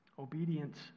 Obedience